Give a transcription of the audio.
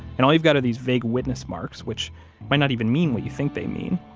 and all you've got are these vague witness marks, which might not even mean what you think they mean.